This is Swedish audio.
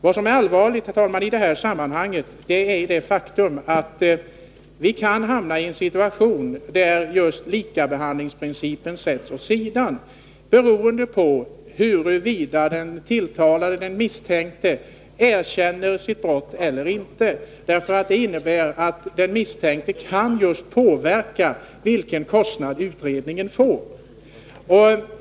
Det allvarliga i detta sammanhang, herr talman, är det faktum att vi kan hamna i en situation där just likabehandlingsprincipen ställs åt sidan, beroende på huruvida den misstänkte erkänner sitt brott eller inte. Den misstänkte kan ju därigenom påverka kostnaden för utredningen.